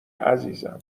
عزیزم